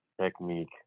technique